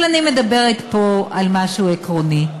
אבל אני מדברת פה על משהו עקרוני.